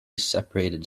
separated